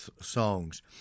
songs